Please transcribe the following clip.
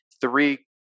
three